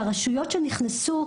שהרשויות שנכנסו,